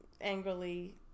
angrily